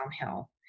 downhill